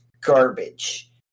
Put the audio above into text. garbage